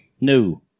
No